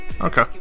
Okay